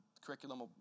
curriculum